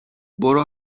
برو